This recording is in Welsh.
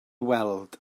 weld